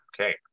Okay